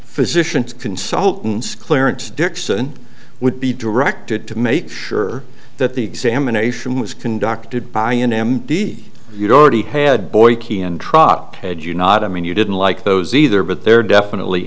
physicians consultants clarence dixon would be directed to make sure that the examination was conducted by an m d you dorothy had boycie and trop had you not i mean you didn't like those either but they're definitely